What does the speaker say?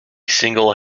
single